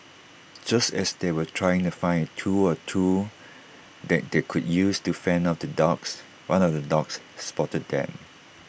just as they were trying to find A tool or two that they could use to fend off the dogs one of the dogs spotted them